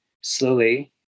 slowly